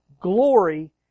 Glory